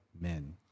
men